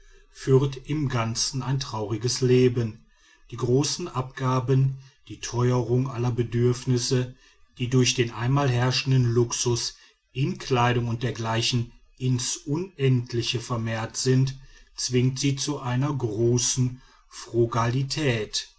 führt im ganzen ein trauriges leben die großen abgaben die teuerung aller bedürfnisse die durch den einmal herrschenden luxus in kleidung und dergleichen ins unendliche vermehrt sind zwingt sie zu einer großen frugalität